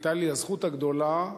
היתה לי הזכות הגדולה,